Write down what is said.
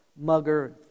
mugger